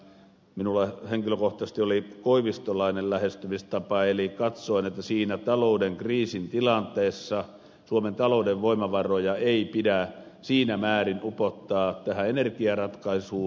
minulla henkilökohtaisesti oli koivistolainen lähestymistapa eli katsoin että siinä talouden kriisin tilanteessa suomen talouden voimavaroja ei pidä siinä määrin upottaa tähän energiaratkaisuun